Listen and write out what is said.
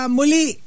muli